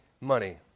money